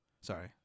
sorry